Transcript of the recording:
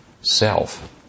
self